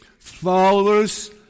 Followers